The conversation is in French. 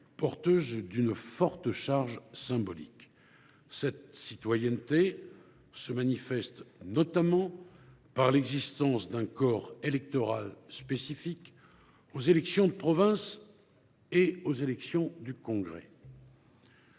porteuse d’une forte charge symbolique. Cette citoyenneté se manifeste notamment par l’existence d’un corps électoral spécifique aux élections provinciales et aux élections du Congrès.